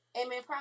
Amen